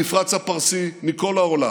מהמפרץ הפרסי, מכל העולם.